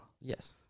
Yes